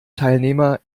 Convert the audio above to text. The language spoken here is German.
teilnehmer